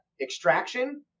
extraction